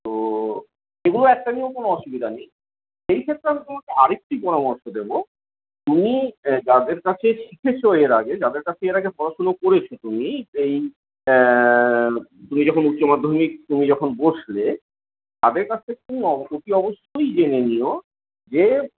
তো সেগুলো একটা নিয়েও কোন অসুবিধা নেই সেই ক্ষেত্রে আমি তোমাকে আর একটি পরামর্শ দেব তুমি যাদের কাছে শিখেছো এর আগে যাদের কাছে আর আগে পড়াশুনো করেছো তুমি সেই তুমি যখন উচ্চমাধ্যমিক তুমি যখন বসলে তাদের কাছ থেকে অতি অবশ্যই জেনে নিও যে